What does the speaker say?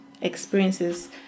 experiences